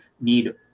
need